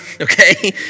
okay